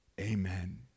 amen